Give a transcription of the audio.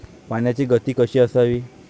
पाण्याची गती कशी असावी?